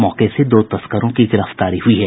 मौके से दो तस्करों की गिरफ्तारी हुई है